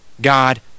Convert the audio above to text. God